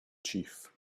chief